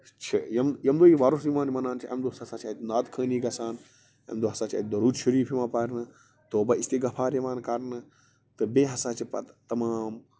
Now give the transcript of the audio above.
چھِ یمہٕ یِمنٕے وۅرُس یِوان منان چھُ اَمہِ دۄہ ہسا چھِ اَتہِ نعتِ خٲنی گژھان اَمہِ دۄہ ہسا چھُ اَتہِ دروٗد شریٖف یِوان پرنہٕ تۄبہٕ استعغفار یِوان کَرنہٕ تہٕ بیٚیہِ ہسا چھِ پتہٕ تمام